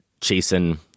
chasing